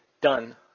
Done